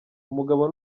umugabo